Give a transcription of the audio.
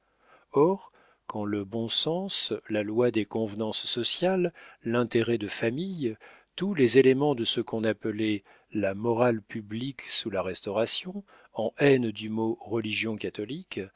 or quand le bon sens la loi des convenances sociales l'intérêt de famille tous les éléments de ce qu'on appelait la morale publique sous la restauration en haine du mot religion catholique